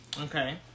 Okay